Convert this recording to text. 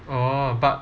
oh but